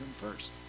first